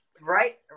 right